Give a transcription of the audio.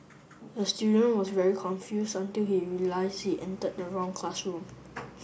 the student was very confused until he realised he entered the wrong classroom